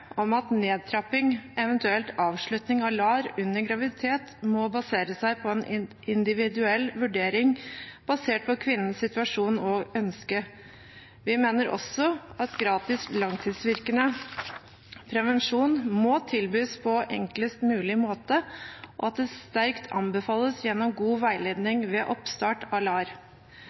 at nedtrapping, eventuelt avslutning, av LAR under graviditet må basere seg på en individuell vurdering ut fra kvinnens situasjon og ønske. Vi mener også at gratis langtidsvirkende prevensjon må tilbys på enklest mulig måte, og at det sterkt anbefales gjennom god veiledning ved oppstart av LAR.